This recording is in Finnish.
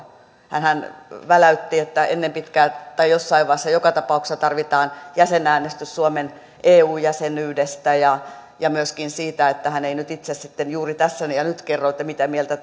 hänhän väläytti että ennen pitkää tai jossain vaiheessa joka tapauksessa tarvitaan jäsenäänestys suomen eu jäsenyydestä ja ja myöskin että hän ei itse juuri tässä ja nyt kerro mitä mieltä